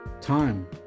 time